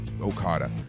Okada